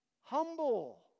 humble